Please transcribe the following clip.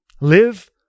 Live